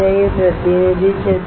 यह प्रतिनिधि चित्र है